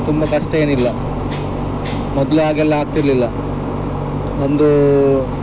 ತುಂಬ ಕಷ್ಟ ಏನಿಲ್ಲ ಮೊದ್ಲು ಹಾಗೆಲ್ಲ ಆಗ್ತಿರಲಿಲ್ಲ ಒಂದು